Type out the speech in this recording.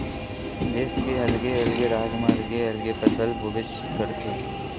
देस के अलगे अलगे राज म अलगे अलगे फसल होबेच करथे